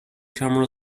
camera